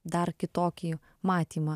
dar kitokį matymą